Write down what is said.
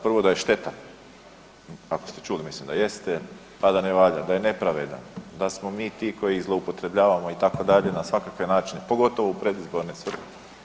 Prvo da je šteta, ako ste čuli, mislim da jeste, pa da ne valja, da je nepravedan, da smo mi ti koji zloupotrebljavamo itd., na svakakve načine pogotovo u predizborne svrhe.